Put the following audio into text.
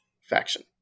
faction